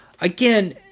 Again